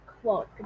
quote